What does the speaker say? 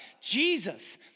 Jesus